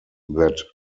that